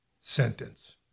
sentence